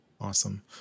Awesome